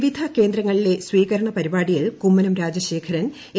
വിവിധ കേന്ദ്രങ്ങളിലെ സ്വീകരണ പരിപാടിയിൽ കുമ്മനം രാജശേഖരൻ എ